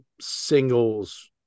singles